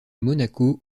monaco